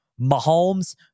Mahomes